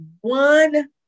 one